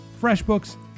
FreshBooks